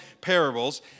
parables